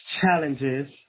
challenges